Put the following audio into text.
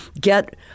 get –